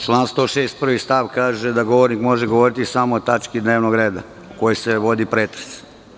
Član 106. stav 1. kaže da govornik može govoriti samo o tački dnevnog reda o kojoj se vodi pretres.